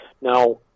now